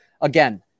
again